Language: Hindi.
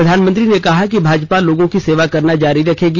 प्रधानमंत्री ने कहा कि भाजपा लोगों की सेवा करना जारी रखेगी